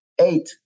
Eight